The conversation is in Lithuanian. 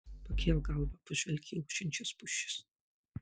pakelk galvą pažvelk į ošiančias pušis